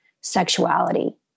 sexuality